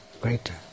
greater